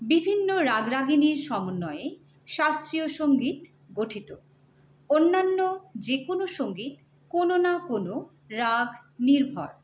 বিভিন্ন রাগরাগিনীর সমন্বয়ে শাস্ত্রীয় সঙ্গীত গঠিত অন্যান্য যে কোনো সঙ্গীত কোনো না কোনো রাগ নির্ভর